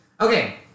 Okay